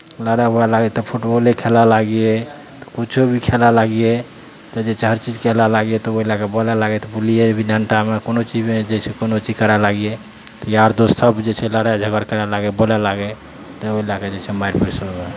लड़ाइ हुए लागय तऽ फुटबॉले खेलय लागियै किछो भी खेलय लागियै तऽ जे छै हर चीज खेलय लागियै तऽ ओहि लए कऽ बोलय लागै तऽ गुल्लिए डण्टामे कोनो चीजमे जइसे कोनो चीज करय लागियै यार दोस्तसभ जे छै लड़ाइ झगड़ करय लागै बोलय लागै तऽ ओहि लए कऽ जे छै मारि पीट शुरू होय जाय